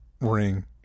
ring